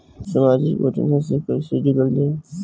समाजिक योजना से कैसे जुड़ल जाइ?